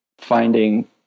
finding